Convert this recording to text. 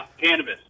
cannabis